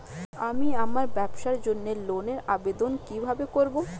আমি আমার ব্যবসার জন্য ঋণ এর আবেদন কিভাবে করব?